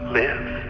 live